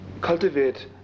cultivate